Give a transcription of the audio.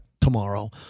tomorrow